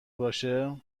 باشه